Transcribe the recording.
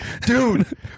dude